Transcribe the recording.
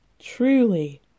truly